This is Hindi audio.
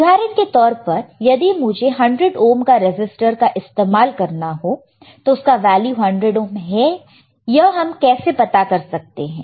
उदाहरण के तौर पर यदि मुझे 100 ओहम का रजिस्टर का इस्तेमाल करना हो तो उसके वैल्यू 100 ओहम है यह हम कैसे पता कर सकते हैं